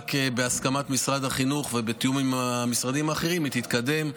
ורק בהסכמת משרד החינוך ובתיאום עם המשרדים האחרים היא תתקדם.